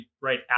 right